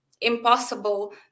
impossible